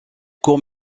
court